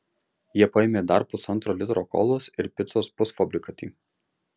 jie paėmė dar pusantro litro kolos ir picos pusfabrikatį